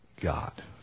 God